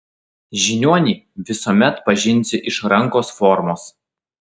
žiniuonį visuomet pažinsi iš rankos formos